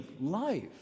life